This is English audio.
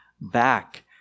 back